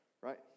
right